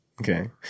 Okay